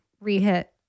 re-hit